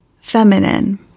feminine